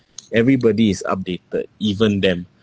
everybody is updated even then